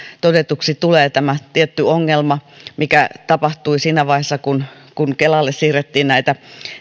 todetuksi tämä tietty ongelma mikä tapahtui siinä vaiheessa kun kun kelalle siirrettiin